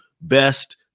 best